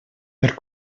per